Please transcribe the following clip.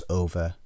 over